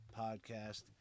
podcast